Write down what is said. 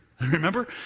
Remember